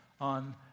on